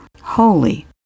holy